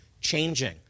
changing